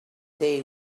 day